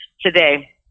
today